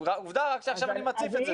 עובדה רק שעכשיו אני מציף את זה.